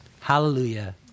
hallelujah